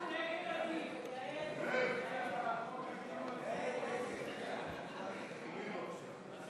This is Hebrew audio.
הצעת סיעת העבודה להביע אי-אמון בממשלה לא נתקבלה.